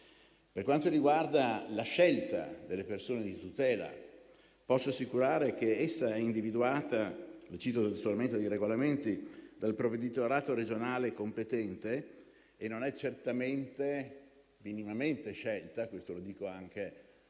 Per quanto riguarda la scelta delle persone di tutela, posso assicurare che essa è individuata - cito solamente i regolamenti - dal provveditorato regionale competente e non è minimamente scelta - questo lo dico anche